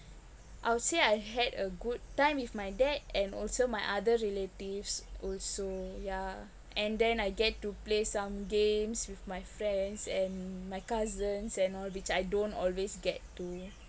I would say I had a good time with my dad and also my other relatives also yeah and then I get to play some games with my friends and my cousins and all which I don't always get to